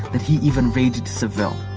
that he even raided seville.